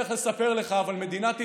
אני לא יודע איך לספר לך, אבל מדינת ישראל,